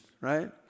right